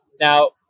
Now